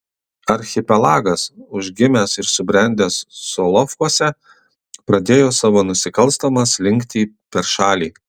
archipelagas užgimęs ir subrendęs solovkuose pradėjo savo nusikalstamą slinktį per šalį